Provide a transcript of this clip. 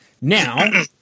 Now